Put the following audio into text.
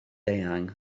eang